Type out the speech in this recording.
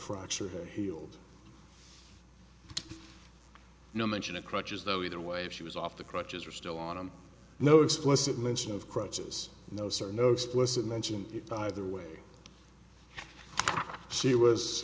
fracture healed no mention of crutches though either way she was off the crutches are still on and no explicit mention of crutches no sir no explicit mention either way she was